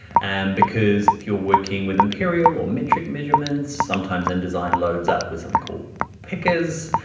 and because if you're working with imperial or metric measurements, sometimes indesign loads up with something called pickers.